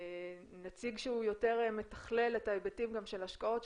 נציג שהוא יותר מתכלל את ההיבטים גם של השקעות,